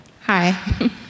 Hi